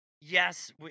yes